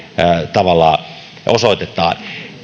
tavalla osoitetaan